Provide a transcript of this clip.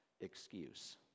excuse